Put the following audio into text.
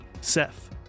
Seth